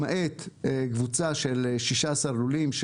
למעט קבוצה של 16 לולים,